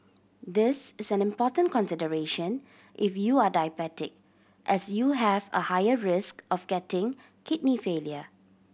this is an important consideration if you are diabetic as you have a higher risk of getting kidney failure